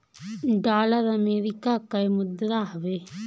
dollar America कअ मुद्रा हवे